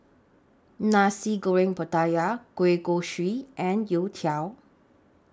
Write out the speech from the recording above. Nasi Goreng Pattaya Kueh Kosui and Youtiao